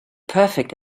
perfect